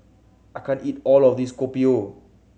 I can't eat all of this Kopi O